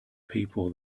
people